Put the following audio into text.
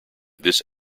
this